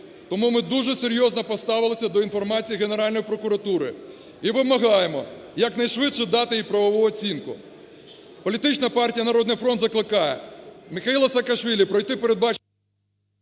Тому ми дуже серйозно поставилися до інформації Генеральної прокуратури і вимагаємо якнайшвидше дати їй правову оцінку. Політична парті "Народний фронт" закликає Міхеїла Саакашвілі пройти передбач...